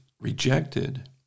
rejected